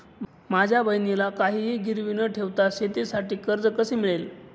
माझ्या बहिणीला काहिही गिरवी न ठेवता शेतीसाठी कर्ज कसे मिळेल?